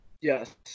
Yes